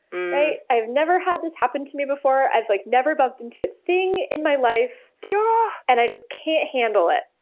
i've never had this happen to me before, i've like never bumped into a thing in my life. you know and i just can't handle it!